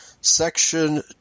Section